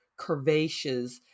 curvaceous